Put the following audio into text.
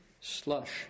slush